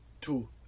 two